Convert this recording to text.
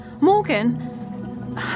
Morgan